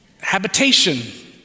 habitation